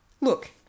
look